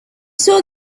saw